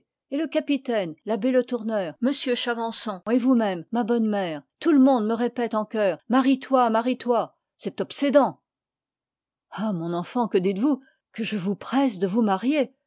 et le capitaine l'abbé le tourneur m chavançon et vousmême ma bonne mère tout le monde me répète en chœur marie-toi marie-toi c'est obsédant ah mon enfant que dites-vous que je vous presse de vous marier